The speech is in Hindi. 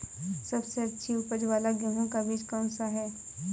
सबसे अच्छी उपज वाला गेहूँ का बीज कौन सा है?